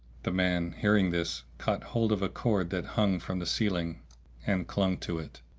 the man, hearing this, caught hold of a cord that hung from the ceiling and clung to it,